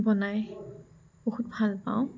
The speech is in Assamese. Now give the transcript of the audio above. বনাই বহুত ভাল পাওঁ